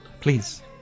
Please